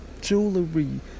jewelry